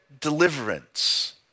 deliverance